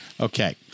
Okay